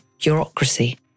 bureaucracy